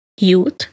youth